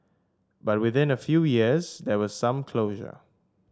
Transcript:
but within a few years there was some closure